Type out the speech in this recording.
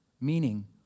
meaning